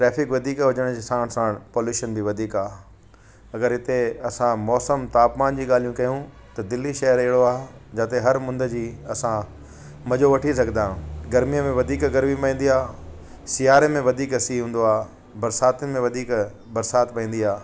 traffic वधीक हुजण जे साण साण पॉल्यूशन बि वधीक आहे अगरि हिते असां मौसमु तापमानु जी ॻाल्हियूं कयूं त दिल्ली शहर अहिड़ो आहे जाते हर मुंदि जी असां मजो वठी सघदा आहियूं गरमी वेंदी आहे सीआरे में वधीक सी हूंदो आहे बरसातिन में वधीक बरसाति पवंदी आहे